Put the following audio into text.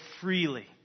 freely